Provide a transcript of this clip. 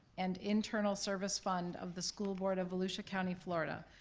and internal service fund of the school board of volusia county, florida,